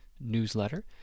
newsletter